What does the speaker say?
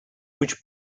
which